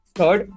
Third